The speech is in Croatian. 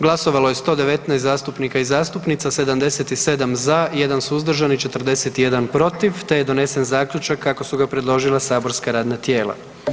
Glasovalo je 119 zastupnika i zastupnica, 77 za, 1 suzdržan i 41 protiv te je donesen zaključak kako su ga predložila saborska radna tijela.